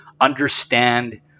understand